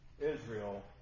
Israel